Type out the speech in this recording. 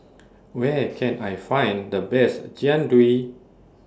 Where Can I Find The Best Jian Dui